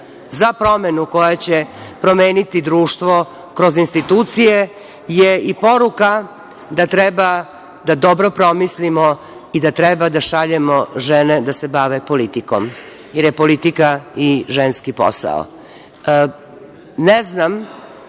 za promenu koja će promeniti društvo kroz institucije, je i poruka da treba da dobro promislimo i da treba da šaljemo žene da se bave politikom, jer je politika i ženski posao. Ne znam